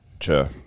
Sure